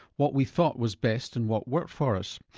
what we thought was best and what worked for us.